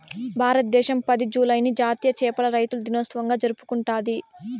భారతదేశం పది, జూలైని జాతీయ చేపల రైతుల దినోత్సవంగా జరుపుకుంటాది